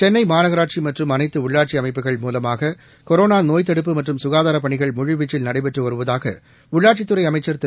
சென்னை மாநகராட்சி மற்றும் அனைத்து உள்ளாட்சி அமைப்புகள் மூலமாக கொரோனா நோய்த்தடுப்பு மற்றும் சுகாதாரப் பணிகள் முழுவீச்சில் நடைபெற்று வருவதாக உள்ளாட்சித்துறை அமைச்ச் திரு